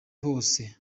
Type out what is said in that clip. hose